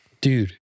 dude